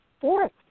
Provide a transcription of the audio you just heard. fourth